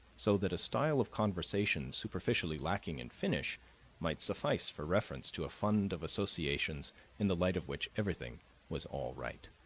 so that a style of conversation superficially lacking in finish might suffice for reference to a fund of associations in the light of which everything was all right.